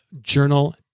journal